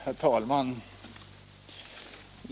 Herr talman!